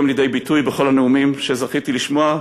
לידי ביטוי בכל הנאומים שזכיתי לשמוע,